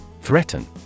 Threaten